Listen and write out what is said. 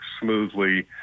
smoothly